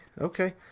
okay